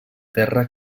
terra